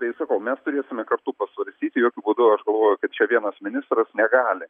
tai sakau mes turėsime kartu pasvarstyti jokiu būdu aš galvoju kad čia vienas ministras negali